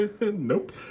Nope